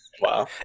Wow